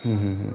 হুম হুম হুম